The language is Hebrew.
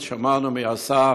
אז שמענו מהשר,